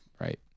Right